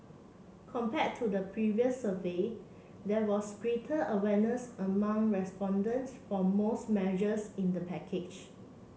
compared to the previous survey there was greater awareness among respondents for most measures in the package